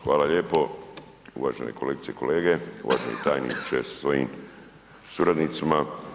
Hvala lijepo uvažene kolegice i kolege, uvaženi tajniče sa svojim suradnicima.